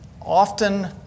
often